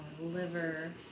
Liver